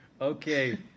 Okay